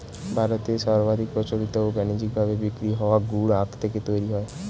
ভারতে সর্বাধিক প্রচলিত ও বানিজ্যিক ভাবে বিক্রি হওয়া গুড় আখ থেকেই তৈরি হয়